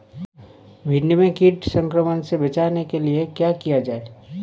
भिंडी में कीट संक्रमण से बचाने के लिए क्या किया जाए?